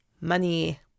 money